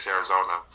Arizona